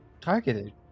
Targeted